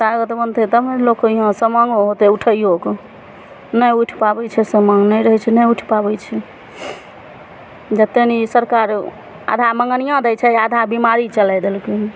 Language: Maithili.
तागत बनतै तब ने लोगके इहाँ समाङो होतै उठैयोके नहि उठि पाबै छै समाङ नहि रहै छै नहि उठि पाबै छै जेतए ने ई सरकार आधा मँगनियाँ दै छै आधा बिमारी चलाइ देलकै हँ